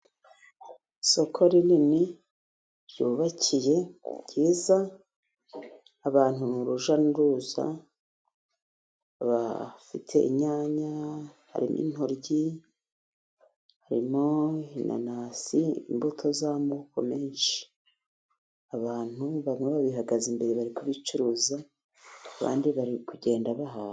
Isoko rinini ryubakiye ryiza, abantu ni urujya n'uruza, bafite inyanya, harimo intoryi, harimo inasi, imbuto z'amoko menshi. Abantu bamwe babihagaze imbere bari kubicuruza, abandi bari kugenda bahaha.